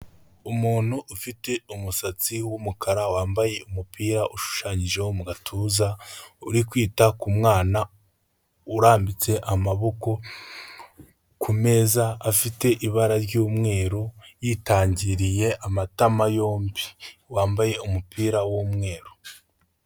Umuntu ufite umusatsi w'umukara wambaye umupira ushushanyijeho mu gatuza uri kwita ku mwana urambitse amaboko kumeza afite ibara ry'umweru yitangiriye amatama yombi, wambaye umupira w'umweru.